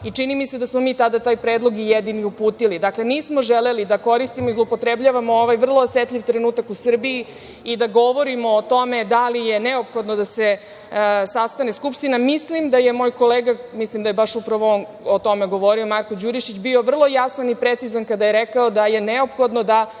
i čini mi se da smo mi tada jedini koji smo taj predlog uputili. Dakle, nismo želeli da koristimo i zloupotrebljavamo ovaj vrlo osetljiv trenutak u Srbiji i da govorimo o tome da li je neophodno da se sastane Skupština. Mislim da je moj kolega Marko Đurišić, mislim da je baš upravo on o tome govorio, bio vrlo jasan i precizan kada je rekao da je neophodno da